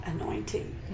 anointing